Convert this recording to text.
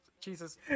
Jesus